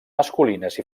masculines